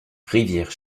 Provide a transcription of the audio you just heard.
rivière